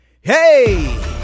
Hey